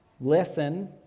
listen